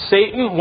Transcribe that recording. Satan